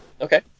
Okay